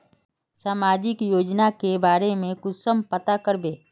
सामाजिक योजना के बारे में कुंसम पता करबे?